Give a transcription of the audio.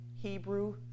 Hebrew